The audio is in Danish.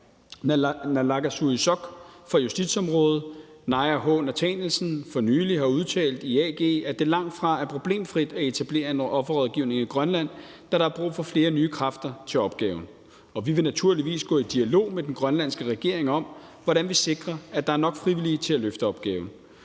naalakkersuisoq for justitsområdet, Naaja H. Nathanielsen, for nylig har udtalt i AG, at det langt fra er problemfrit at etablere en offerrådgivning i Grønland, da der er brug for flere nye kræfter til opgaven. Vi vil naturligvis gå i dialog med den grønlandske regering om, hvordan vi sikrer, at der er nok frivillige til at løfte opgaven.